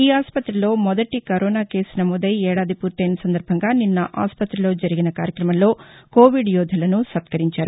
ఈ ఆసుపత్రిలో మొదటి కరోనా కేసు నమోదై ఏడాది పూర్తయిన సందర్భంగా నిన్న ఆసుపతిలో జరిగిన కార్యక్రమంలో కొవిడ్ యోధులను సత్కరించారు